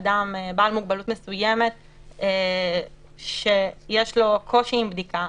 אדם בעל מוגבלות מסוימת שיש לו קושי עם בדיקה,